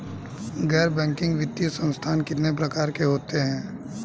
गैर बैंकिंग वित्तीय संस्थान कितने प्रकार के होते हैं?